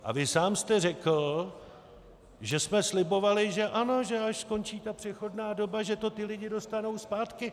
A vy sám jste řekl, že jsme slibovali, že ano, že až skončí ta přechodná doba, že to ti lidé dostanou zpátky.